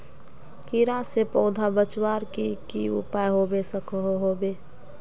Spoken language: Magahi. कीड़ा से पौधा बचवार की की उपाय होबे सकोहो होबे?